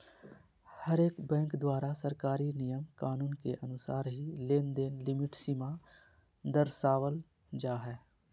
हरेक बैंक द्वारा सरकारी नियम कानून के अनुसार ही लेनदेन लिमिट सीमा दरसावल जा हय